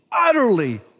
utterly